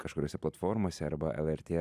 kažkuriose platformose arba lrt